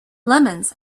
lemons